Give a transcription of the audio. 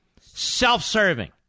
self-serving